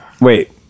Wait